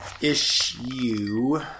issue